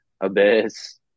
abyss